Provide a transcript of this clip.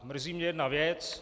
Mrzí mě jedna věc.